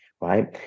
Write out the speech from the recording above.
right